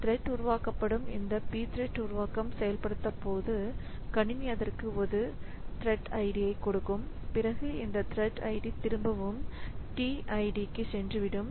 thread உருவாக்கப்படும் இந்த pthread உருவாக்கம் செயல்படுத்தப்படும்போது கணினி அதற்கு ஒரு த்ரெட் id யை கொடுக்கும் பிறகு இந்த த்ரெட் id திரும்பவும் tid க்கு சென்றுவிடும்